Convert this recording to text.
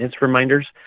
reminders